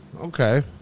Okay